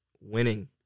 Winning